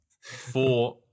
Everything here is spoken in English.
Four